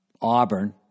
Auburn